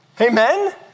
Amen